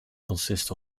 consist